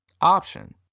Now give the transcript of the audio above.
option